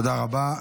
תודה רבה.